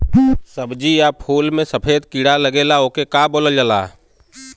सब्ज़ी या फुल में सफेद कीड़ा लगेला ओके का बोलल जाला?